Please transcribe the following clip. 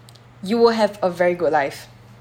you will have a very good life